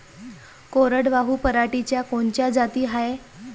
कोरडवाहू पराटीच्या कोनच्या जाती हाये?